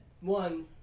one